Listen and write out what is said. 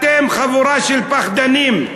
אתם חבורה של פחדנים.